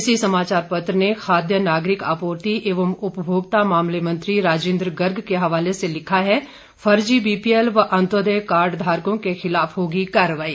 इसी समाचार पत्र ने खाद्य नागरिक आपूर्ति एवं उपभोक्ता मामले मंत्री राजिंद्र गर्ग के हवाले से लिखा है फर्जी बीपीएल व अंत्योदय कार्ड धारकों के खिलाफ होगी कार्रवाई